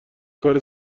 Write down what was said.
کار